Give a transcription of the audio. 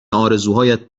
آرزوهایت